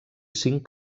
cinc